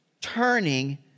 turning